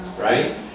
Right